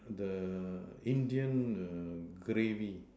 the Indian err gravy